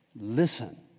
listen